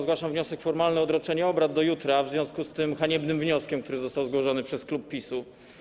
Zgłaszam wniosek formalny o odroczenie obrad do jutra w związku z tym haniebnym wnioskiem, który został zgłoszony przez klub PiS-u.